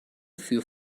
für